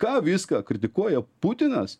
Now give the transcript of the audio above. ką viską kritikuoja putinas